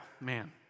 man